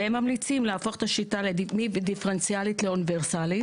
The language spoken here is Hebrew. והם ממליצים להפוך את השיטה מדיפרנציאלית לאוניברסלית